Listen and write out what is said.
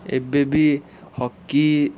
ଏବେବି ହକି